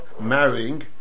marrying